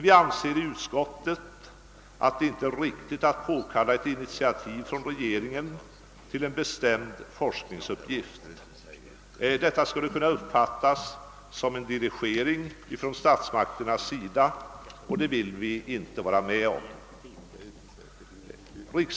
Vi anser dock i utskottet att det inte är riktigt att påkalla ett initiativ från regeringen till en bestämd forskningsuppgift. Detta skulle kunna uppfattas som en dirigering från statsmakterna, och det vill vi inte vara med om.